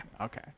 Okay